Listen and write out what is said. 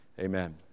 Amen